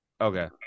Okay